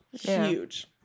huge